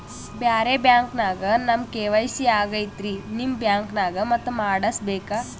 ಬ್ಯಾರೆ ಬ್ಯಾಂಕ ನ್ಯಾಗ ನಮ್ ಕೆ.ವೈ.ಸಿ ಆಗೈತ್ರಿ ನಿಮ್ ಬ್ಯಾಂಕನಾಗ ಮತ್ತ ಮಾಡಸ್ ಬೇಕ?